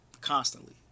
constantly